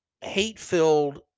hate-filled